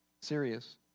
serious